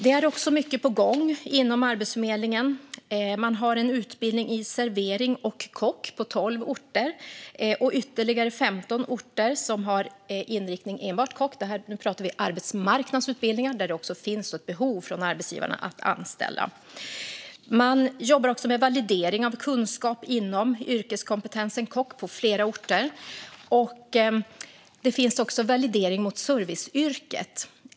Det är också mycket på gång inom Arbetsförmedlingen. Man har en serverings och kockutbildning på 12 orter, och ytterligare 15 orter har inriktning på enbart kockutbildning. Nu pratar jag om arbetsmarknadsutbildningar där det finns ett behov från arbetsgivarna av att anställa. Man jobbar med validering av kunskap inom yrkeskompetensen kock på flera orter. Det finns också validering mot serviceyrket.